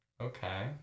Okay